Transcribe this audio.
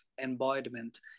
embodiment